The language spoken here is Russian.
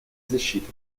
защитой